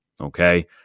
Okay